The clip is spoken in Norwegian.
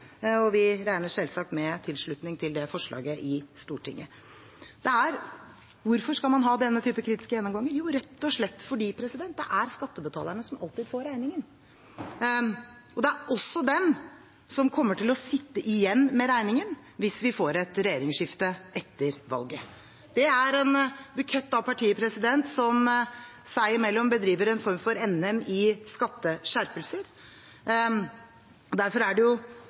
og vi regner selvsagt med tilslutning til det forslaget i Stortinget. Hvorfor skal man ha denne typen kritisk gjennomgang? Jo, rett og slett fordi det alltid er skattebetalerne som får regningen, og det er også de som kommer til å sitte igjen med regningen hvis vi får et regjeringsskifte etter valget. Det er en bukett av partier som seg imellom bedriver en form for NM i skatteskjerpelser. Derfor er det